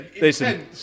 listen